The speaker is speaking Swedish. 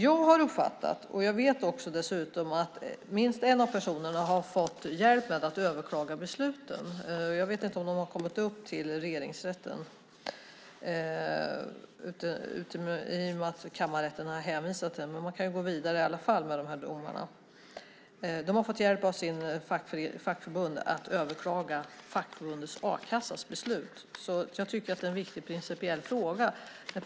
Jag vet dessutom att minst en av de här personerna har fått hjälp med att överklaga besluten. Jag vet inte om de har kommit upp till Regeringsrätten i och med att kammarrätten har hänvisat till den, men man kan ju gå vidare i alla fall med de här domarna. Den här personen har fått hjälp av sitt fackförbund med att överklaga fackförbundets a-kassas beslut. Jag tycker att det är en viktig principiell fråga.